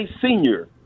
senior